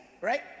right